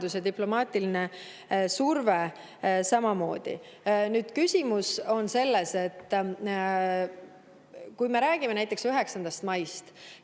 diplomaatiline surve oli samamoodi. Küsimus on selles, et kui me räägime näiteks 9. maist,